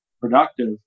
productive